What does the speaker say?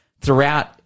throughout